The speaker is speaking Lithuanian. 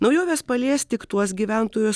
naujovės palies tik tuos gyventojus